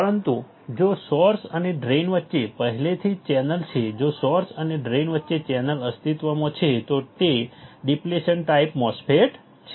પરંતુ જો સોર્સ અને ડ્રેઇન વચ્ચે પહેલેથી જ ચેનલ છે જો સોર્સ અને ડ્રેઇન વચ્ચે ચેનલ અસ્તિત્વમાં છે તો તે ડિપ્લેશન ટાઈપ MOSFET છે